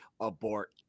abort